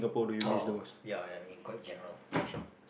oh ya ya I mean quite general question